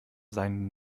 seinen